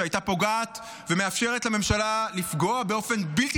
שהייתה פוגעת ומאפשרת לממשלה לפגוע באופן בלתי